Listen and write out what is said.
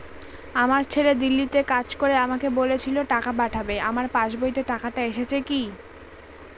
আমার ছেলে দিল্লীতে কাজ করে আমাকে বলেছিল টাকা পাঠাবে আমার পাসবইতে টাকাটা এসেছে কি?